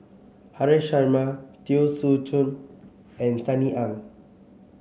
Haresh Sharma Teo Soon Chuan and Sunny Ang